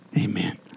Amen